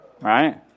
right